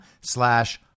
slash